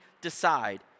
decide